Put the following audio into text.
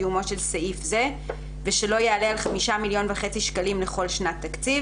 קיומו של סעיף זה ושלא יעלה על חמישה מיליון וחצי שקלים לכל שנת תקציב.